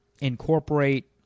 incorporate